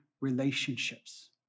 relationships